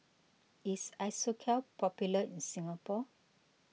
is Isocal popular in Singapore